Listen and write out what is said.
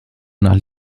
nach